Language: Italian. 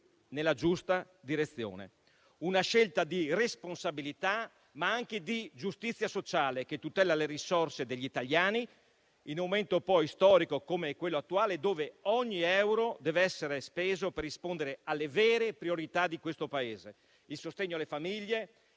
nella giusta direzione. È una scelta di responsabilità, ma anche di giustizia sociale, che tutela le risorse degli italiani, in un momento storico come quello attuale, quando ogni euro deve essere speso per rispondere alle vere priorità di questo Paese: il sostegno alle famiglie,